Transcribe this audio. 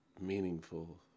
meaningful